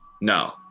no